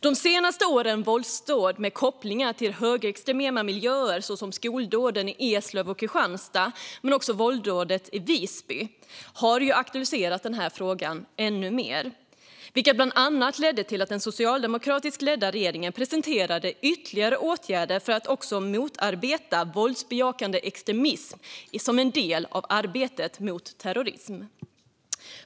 De senaste årens våldsdåd med kopplingar till högerextrema miljöer, såsom skoldåden i Eslöv och Kristianstad samt våldsdådet i Visby, har aktualiserat frågan ännu mer. Detta ledde till att den socialdemokratiskt ledda regeringen presenterade ytterligare åtgärder för att motarbeta våldsbejakande extremism som en del av arbetet mot terrorism.